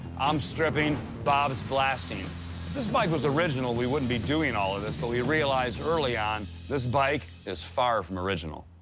i'm stripping, bob's blasting this bike was original, we wouldn't be doing all of this, but we realized early on this bike is far from original.